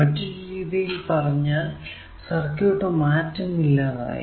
മറ്റൊരു രീതിയിൽ പറഞ്ഞാൽ സർക്യൂട് മാറ്റമില്ലാതായി